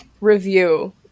review